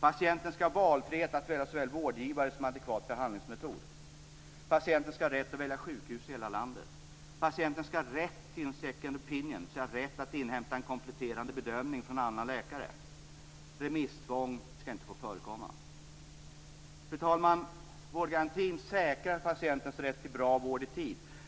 · Patienten skall ha valfrihet att välja såväl vårdgivare som adekvat behandlingsmetod. · Patienten skall ha rätt att välja sjukhus i hela landet. · Patienten skall ha rätt till en s.k. second opinion, dvs. rätt att inhämta en kompletterande bedömning från en annan läkare. · Remisstvång skall inte få förekomma. Fru talman! Vårdgarantin säkrar patientens rätt till bra vård i tid.